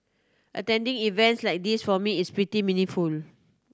attending events like this for me is pretty meaningful